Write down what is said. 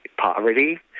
poverty